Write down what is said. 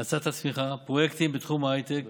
האצת הצמיחה, פרויקטים בתחום ההייטק,